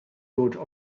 daughter